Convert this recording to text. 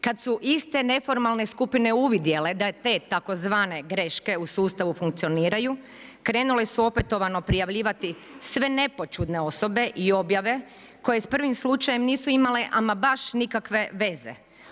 Kad su iste neformalne skupine uvodile, da je te tzv. greške u sustavu funkcioniraju, krenule su opetovano prijavljivati sve nepoćudne osobe i objave koje s prvim slučajem nisu imale ama baš nikakve veze.